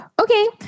okay